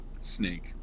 Snake